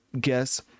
guess